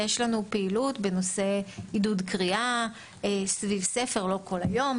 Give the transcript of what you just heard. יש לנו פעילות בנושא עידוד קריאה סביב ספר לא כל היום,